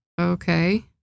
Okay